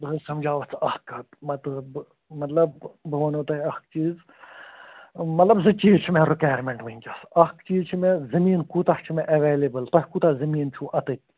بہٕ حظ سمجھاوتھ ژٕ اکھ کَتھ مطلب مطلب بہٕ وَنہو تۅہہِ اَکھ چیٖز مطلب زٕ چیٖز چھِ مےٚ رِکیٛویرمٮ۪نٛٹ وُنکٮ۪س اکھ چیٖز چھُ مےٚ زٔمیٖن کوٗتاہ چھُ مےٚ ایٚویلیبُل تُہۍ کوٗتاہ زٔمیٖن چھُو اَتٮ۪تھ